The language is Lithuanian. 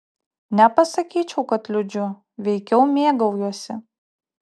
nepasakyčiau kad liūdžiu veikiau mėgaujuosi